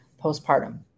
postpartum